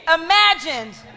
imagined